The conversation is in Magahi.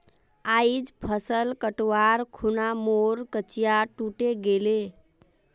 आइज फसल कटवार खूना मोर कचिया टूटे गेले